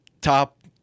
top